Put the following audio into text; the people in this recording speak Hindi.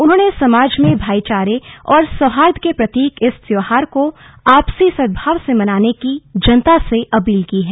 उन्होंने समाज में भाईचारे और सौहार्द के प्रतीक इस त्यौहार को आपसी सद्भाव से मनाने की जनता से अपील की है